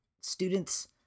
students